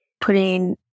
putting